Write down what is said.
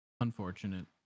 unfortunate